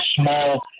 small